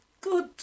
Good